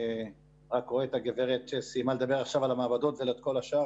אני רק רואה את הגברת שסיימה לדבר עכשיו על המעבדות ולא את כל השאר,